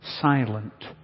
silent